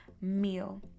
meal